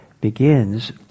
begins